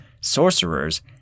sorcerers